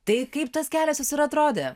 tai kaip tas kelias jūsų ir atrodė